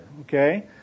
Okay